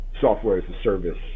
software-as-a-service